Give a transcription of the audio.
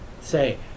say